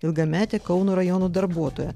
ilgametė kauno rajono darbuotoja